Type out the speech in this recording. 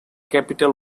capital